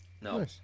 No